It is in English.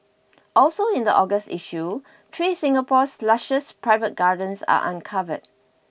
also in the August issue three Singapore's lushest private gardens are uncovered